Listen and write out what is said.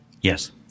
Yes